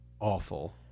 awful